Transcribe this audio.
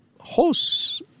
hosts